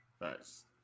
Nice